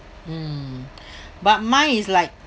mm but mine is like